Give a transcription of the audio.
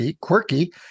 quirky